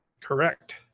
Correct